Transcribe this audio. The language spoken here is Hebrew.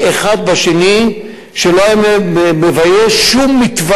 כך אני מאמינה שצריך